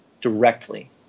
directly